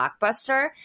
blockbuster